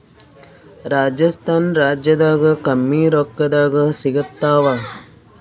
ರಾಜಸ್ಥಾನ ರಾಜ್ಯದಾಗ ಕಮ್ಮಿ ರೊಕ್ಕದಾಗ ಸಿಗತ್ತಾವಾ?